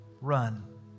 run